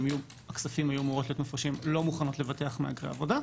הכספים היו אמורים להיות מופרשים לא מוכנות לבטח מהגרי עבודה,